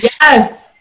Yes